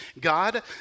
God